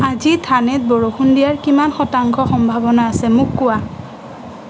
আজি থানেত বৰষুণ দিয়াৰ কিমান শতাংশ সম্ভাৱনা আছে মোক কোৱা